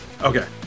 okay